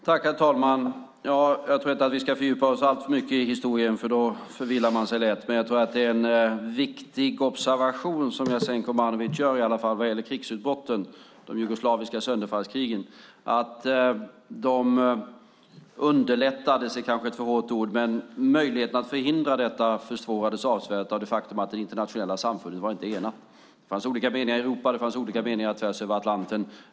Herr talman! Jag tror inte att vi ska fördjupa oss alltför mycket i historien, för man förvillar sig lätt. Men jag tror att det är en viktig observation som Jasenko Omanovic gör vad gäller utbrotten av de jugoslaviska sönderfallskrigen att möjligheten att förhindra dem försvårades avsevärt av det faktum att det internationella samfundet inte var enat. Det fanns olika meningar i Europa, och det fanns olika meningar tvärs över Atlanten.